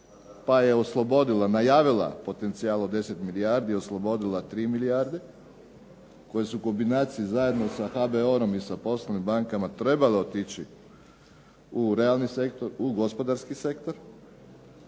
pa je oslobodila, najavila potencijal od 10 milijardi, oslobodila 3 milijarde koje su u kombinaciji zajedno sa HBOR-om i poslovnim bankama trebale otići u realni sektor u gospodarski sektor.